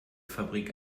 fabrik